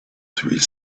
three